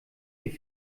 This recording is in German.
die